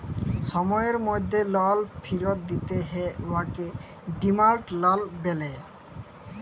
সময়ের মধ্যে লল ফিরত দিতে হ্যয় উয়াকে ডিমাল্ড লল ব্যলে